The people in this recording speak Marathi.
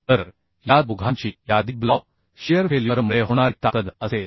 तर या दोघांची यादी ब्लॉक शियर फेल्युअरमुळे होणारी ताकद असेल